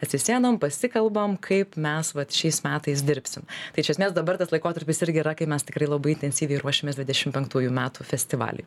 atsisėdam pasikalbam kaip mes vat šiais metais dirbsim tai iš esmės dabar tas laikotarpis irgi yra kai mes tikrai labai intensyviai ruošimės dvidešim penktųjų metų festivaliui